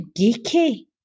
geeky